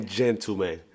gentlemen